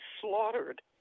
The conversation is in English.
slaughtered